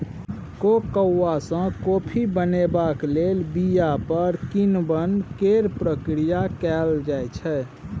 cocoa सँ coffee बनेबाक लेल बीया पर किण्वन केर प्रक्रिया कएल जाइ छै